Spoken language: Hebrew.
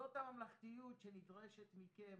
זו הממלכתיות שנדרשת מכם